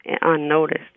unnoticed